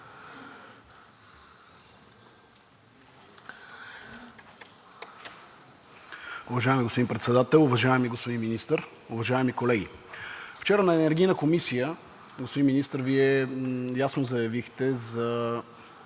Уважаеми господин Председател, уважаеми господин Министър, уважаеми колеги! Вчера на Енергийната комисия, господин Министър, Вие ясно заявихте за